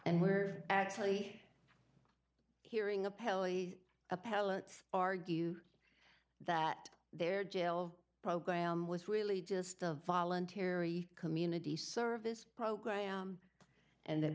and we're actually hearing appellee appellants argue that their jail program was really just a voluntary community service program and the